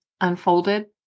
unfolded